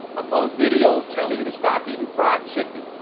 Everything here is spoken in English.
post videos telling you to stop eating fried chicken.